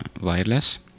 wireless